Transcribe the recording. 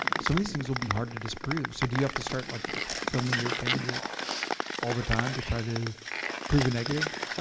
some of these things will be hard to disprove. so do you have to start like filming your candidate all the time to try to prove a negative?